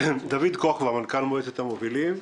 דוד כוכבא, מנכ"ל מועצת המובילים.